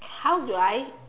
how do I